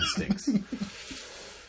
instincts